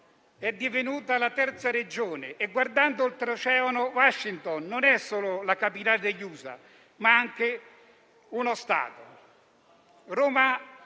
è divenuta la terza regione. Guardando oltreoceano, Washington non è solo la capitale degli USA, ma è anche uno Stato.